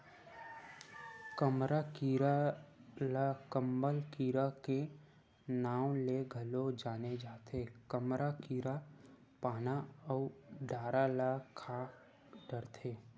कमरा कीरा ल कंबल कीरा के नांव ले घलो जाने जाथे, कमरा कीरा पाना अउ डारा ल खा डरथे